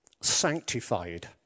sanctified